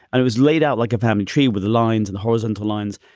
and it was laid out like a family tree with lines and the horizontal lines.